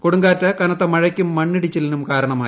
കൊടുങ്കാറ്റ് കനത്ത മഴയ്ക്കും മണ്ണിടിച്ചിലിനും കാരണമായി